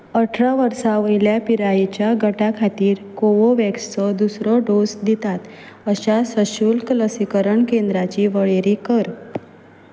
अठरा वर्सां वयल्या पिरायेच्या गटा खातीर कोवोवॅक्सचो दुसरो डोस दितात अशा सशुल्क लसीकरण केंद्राची वळेरी कर